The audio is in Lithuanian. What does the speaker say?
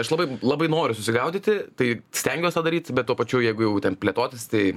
aš labai labai noriu susigaudyti tai stengiuos tą daryt bet tuo pačiu jeigu jau ten plėtotis tai